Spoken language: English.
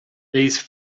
these